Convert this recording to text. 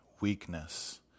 weakness